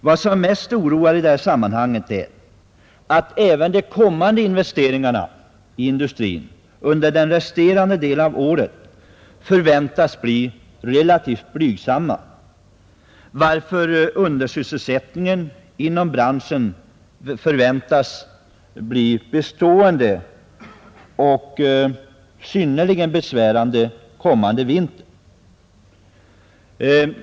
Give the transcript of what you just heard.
Vad som oroar mest i det sammanhanget är att även de kommande investeringarna inom industrin under den resterande delen i år förväntas bli relativt blygsamma, varför undersysselsättningen inom branschen förväntas bli bestående och synnerligen besvärande kommande vinter.